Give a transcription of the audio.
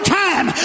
time